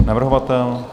Navrhovatel?